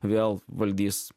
vėl valdys